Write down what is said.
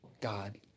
God